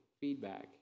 feedback